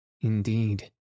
indeed